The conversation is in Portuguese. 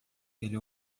ele